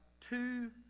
two